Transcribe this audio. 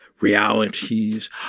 realities